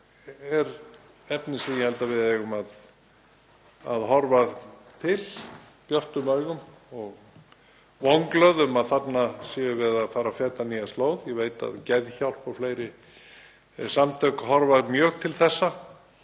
vatni, er efni sem ég held að við eigum að horfa til björtum augum og vonglöð um að þarna séum við að fara að feta nýja slóð. Ég veit að Geðhjálp og fleiri samtök horfa mjög til þessa